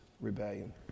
rebellion